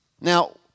Now